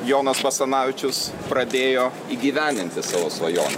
jonas basanavičius pradėjo įgyvendinti savo svajonę